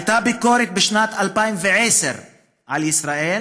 הייתה ביקורת בשנת 2010 על ישראל,